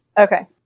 Okay